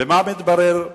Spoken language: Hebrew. ומה מתברר,